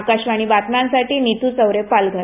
आकाशवाणी बातम्यांसाठी नीतू चौरे पालघर